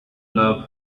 love